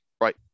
right